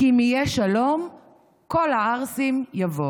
/ כי אם יהיה שלום / כל הערסים יבואו".